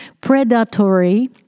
predatory